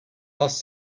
bus